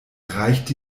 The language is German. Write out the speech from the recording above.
reichte